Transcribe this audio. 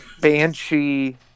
banshee